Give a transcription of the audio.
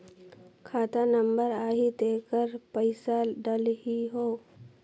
खाता नंबर आही तेकर पइसा डलहीओ?